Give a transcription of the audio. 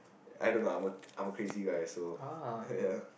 I don't know I'm a I'm a crazy guy so